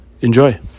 Enjoy